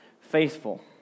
faithful